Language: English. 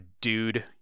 dude